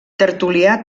tertulià